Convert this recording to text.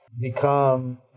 become